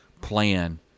plan